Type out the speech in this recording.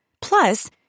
Plus